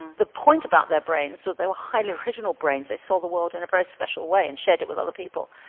the point about their brains was so they were highly original brains, they saw the world in a very special way and shared it with other people.